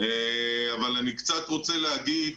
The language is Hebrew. אבל אני קצת רוצה להגיד,